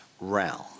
realm